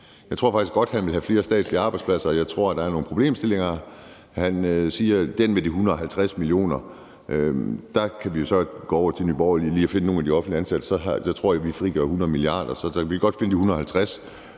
Jeg tror faktisk godt, han vil have flere statslige arbejdspladser udflyttet, og jeg tror, der er nogle problemstillinger. Han siger det med de 150 mio. kr. Der kan vi jo så gå over til Nye Borgerlige og lige finde nogle af de offentligt ansatte, så tror jeg, vi frigør 100 mia. kr. Så vi kan godt finde de 150